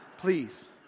please